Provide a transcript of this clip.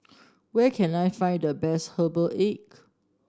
where can I find the best Herbal Egg